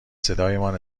صدایمان